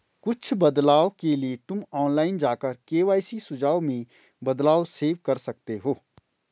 कुछ बदलाव के लिए तुम ऑनलाइन जाकर के.वाई.सी सुझाव में बदलाव सेव कर सकते हो